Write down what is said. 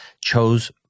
chose